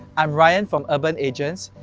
i'm ryan from urbanagents.